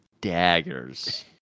daggers